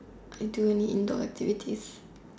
I do any indoor activities